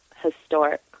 Historic